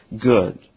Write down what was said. good